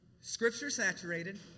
Scripture-saturated